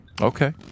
Okay